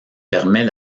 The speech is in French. permet